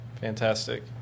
Fantastic